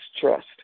trust